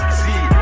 see